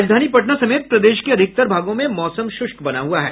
राजधानी पटना समेत प्रदेश के अधिकतर भागों में मौसम श्रष्क बना हुआ है